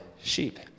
sheep